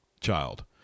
child